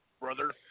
brother